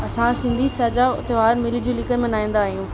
असां सिंधी सॼा त्योहार मिली जुली करे मल्हाईंदा आहियूं